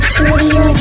Studio